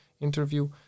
interview